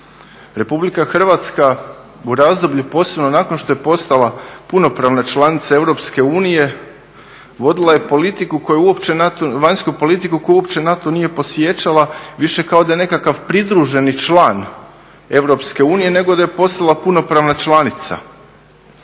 interesa. RH u razdoblju posebno nakon što je postala punopravna članica EU vodila je vanjsku politiku koju uopće na to nije podsjećala, više kao da je nekakav pridruženi član EU nego da je postala punopravna članica,